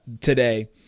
today